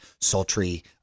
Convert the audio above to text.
sultry